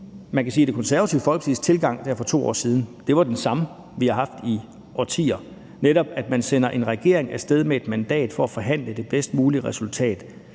Man kan sige, at Det Konservative Folkepartis tilgang for 2 år siden var den samme, som vi har haft i årtier, nemlig at man sender en regering af sted med et mandat for at forhandle det bedst mulige resultat,